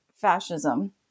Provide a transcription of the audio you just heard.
fascism